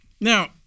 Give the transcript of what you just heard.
now